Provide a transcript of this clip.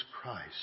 Christ